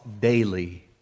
daily